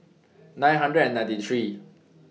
nine hundred and ninety three